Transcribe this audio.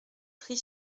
trie